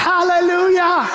Hallelujah